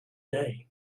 day